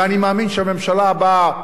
ואני מאמין שהממשלה הבאה,